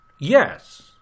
Yes